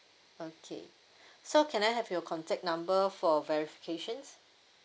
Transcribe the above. okay so can I have your contact number for verification